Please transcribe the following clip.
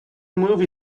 movie